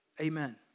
amen